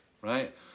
right